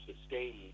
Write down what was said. sustain